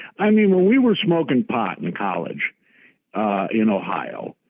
i mean when we were smoking pot in college in ohio,